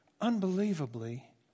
Unbelievably